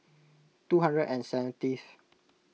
two hundred and seventy th